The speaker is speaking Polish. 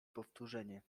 powtórzenie